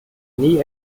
nie